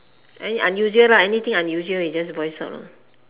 any unusual anything unusual you just voice out lor